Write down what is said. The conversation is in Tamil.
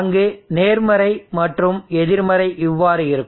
அங்கு நேர்மறை மற்றும் எதிர்மறை இவ்வாறு இருக்கும்